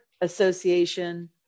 association